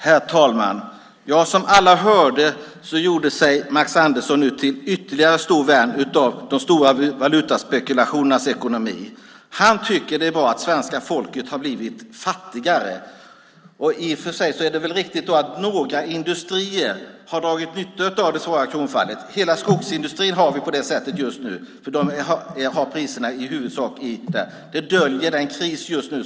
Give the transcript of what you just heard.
Herr talman! Som alla hörde gjorde sig Max Andersson ytterligare en gång till stor vän av de stora valutaspekulationernas ekonomi. Han tycker att det är bra att svenska folket har blivit fattigare. I och för sig är det väl riktigt att några industrier har dragit nytta av det stora kronfallet. Det gäller hela skogsindustrin just nu, eftersom de i huvudsak har priserna i den valutan. Det döljer den kris som råder.